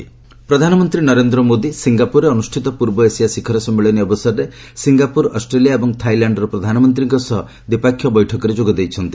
PM bilateral ପ୍ରଧାନମନ୍ତ୍ରୀ ନରେନ୍ଦ୍ର ମୋଦି ସିଙ୍ଗାପୁରରେ ଅନୁଷ୍ଠିତ ପୂର୍ବ ଏସିଆ ଶିଖର ସମ୍ମିଳନୀ ଅବସରରେ ସିଙ୍ଗାପୁର ଅଷ୍ଟ୍ରେଲିଆ ଏବଂ ଥାଇଲାଣ୍ଡର ପ୍ରଧାନମନ୍ତ୍ରୀଙ୍କ ସହ ଦ୍ୱିପାକ୍ଷୀୟ ବୈଠକରେ ଯୋଗଦେଇଛନ୍ତି